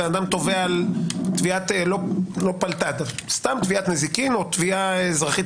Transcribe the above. בן אדם תובע תביעת נזיקין או תביעה אזרחית